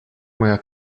moja